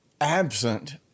absent